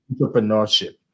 entrepreneurship